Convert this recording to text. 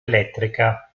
elettrica